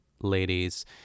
ladies